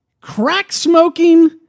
crack-smoking